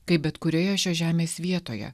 kaip bet kurioje šios žemės vietoje